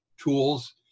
tools